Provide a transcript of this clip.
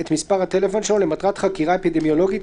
את מספר הטלפון שלו למטרת חקירה אפידמיולוגית,